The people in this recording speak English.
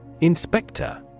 Inspector